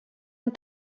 amb